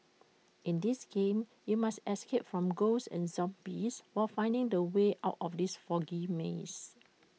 in this game you must escape from ghosts and zombies while finding the way out of these foggy maze